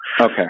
Okay